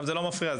זה גם לא מפריע.